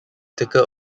ticker